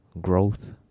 growth